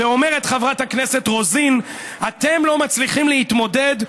ואומרת חברת הכנסת רוזין: אתם לא מצליחים להתמודד,